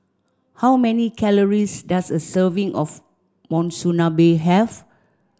how many calories does a serving of Monsunabe have